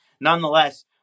Nonetheless